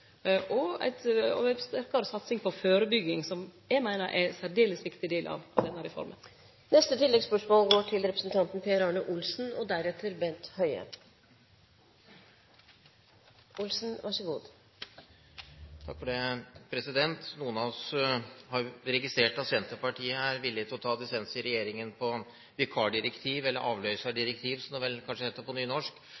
satsing på førebygging, som eg meiner er ein særdeles viktig del av denne reforma. Per Arne Olsen – til oppfølgingsspørsmål. Noen av oss har registrert at Senterpartiet er villig til å ta dissens i regjeringen på vikardirektiv, eller «avløysardirektiv», som det kanskje heter på nynorsk. Men av